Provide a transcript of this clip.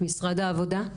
משרד העבודה.